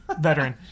veteran